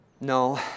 No